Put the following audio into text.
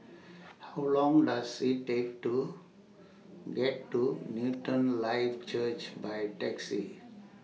How Long Does IT Take to get to Newton Life Church By Taxi